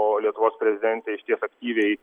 o lietuvos prezidentė iš ties aktyviai